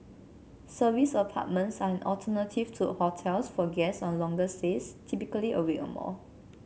serviced apartments are an alternative to hotels for guests on longer stays typically a week or more